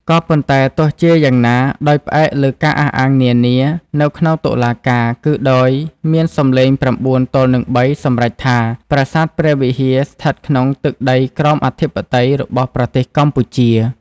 ក៏ប៉ុន្តែទោះជាយ៉ាងណា ដោយផ្អែកលើការអះអាងនានា នៅក្នុងតុលាការគឺដោយមានសំឡេង៩ទល់នឹង៣សម្រេចថា ប្រាសាទព្រះវិហារស្ថិតក្នុងទឹកដីក្រោមអធិបតេយ្យរបស់ប្រទេសកម្ពុជា។